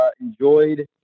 enjoyed